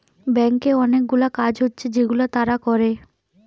ব্যাংকে অনেকগুলা কাজ হচ্ছে যেগুলা তারা করে